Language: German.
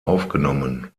aufgenommen